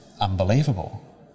unbelievable